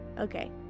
okay